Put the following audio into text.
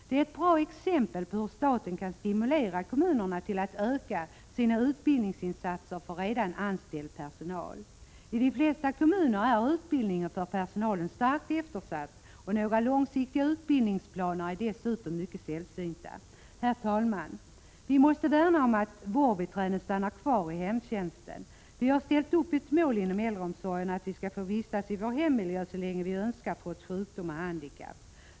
Det är ett bra exempel på hur staten kan stimulera kommunerna till att öka sina utbildningsinsatser för redan anställd personal. I de flesta kommuner är utbildningen för personalen starkt eftersatt, och några långsiktiga utbildningsplaner är dessutom mycket sällsynta. Herr talman! Vi måste värna om att vårdbiträdena stannar kvar i hemtjänsten. Vi har ställt upp ett mål inom äldreomsorgen, att vi skall få vistas i vår hemmiljö så länge vi önskar, trots sjukdom och handikapp.